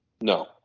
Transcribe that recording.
No